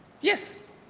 Yes